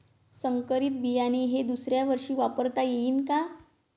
संकरीत बियाणे हे दुसऱ्यावर्षी वापरता येईन का?